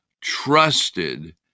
trusted